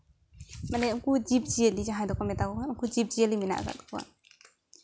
ᱢᱟᱱᱮ ᱡᱤᱵᱽᱼᱡᱤᱭᱟᱹᱞᱤ ᱡᱟᱦᱟᱸᱭ ᱫᱚᱠᱚ ᱢᱮᱛᱟ ᱠᱚ ᱠᱟᱱ ᱩᱱᱠᱩ ᱡᱤᱵᱽᱼᱡᱤᱭᱟᱹᱞᱤ ᱢᱮᱱᱟᱜ ᱠᱟᱜ ᱠᱚᱣᱟ